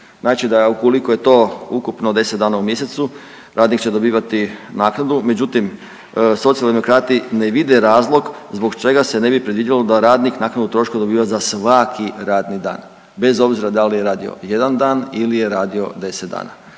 znači da ukoliko je to ukupno 10 dana u mjesecu radnik će dobivati naknadu, međutim Socijaldemokrati ne vide razlog zbog čega se ne bi predvidjelo da radnik naknadu troškova dobiva za svaki radni dan bez obzira da li je radio jedan dan ili je radio 10 dana.